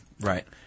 Right